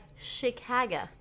Chicago